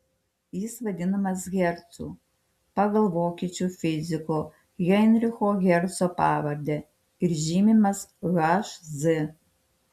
jis vadinamas hercu pagal vokiečių fiziko heinricho herco pavardę ir žymimas hz